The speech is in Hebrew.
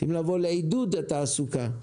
צריכים לבוא לעידוד התעסוקה,